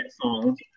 songs